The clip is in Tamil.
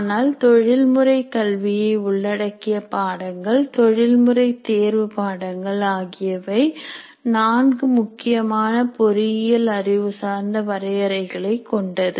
ஆனால் தொழில் முறைக் கல்வியை உள்ளடக்கிய பாடங்கள் தொழில்முறை தேர்வு பாடங்கள் ஆகியவை நான்கு முக்கியமான பொறியியல் அறிவு சார்ந்த வரையறைகளை கொண்டது